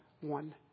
one